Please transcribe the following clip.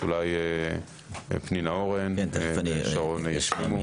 אולי פנינה אורן ושרון אלרעי פרייס ישלימו.